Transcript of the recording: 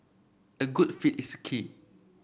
a good fit is key